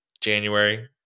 January